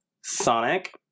Sonic